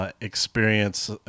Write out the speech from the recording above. Experience